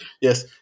Yes